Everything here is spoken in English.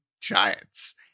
Giants